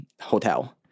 hotel